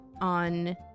on